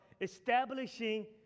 establishing